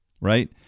right